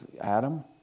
Adam